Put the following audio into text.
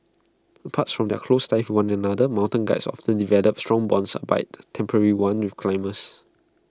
apart from their close ties one another mountain Guides often develop strong bonds albeit temporary ones with climbers